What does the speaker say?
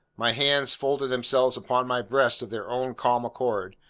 my hands folded themselves upon my breast of their own calm accord,